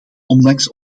ondanks